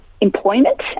employment